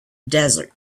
desert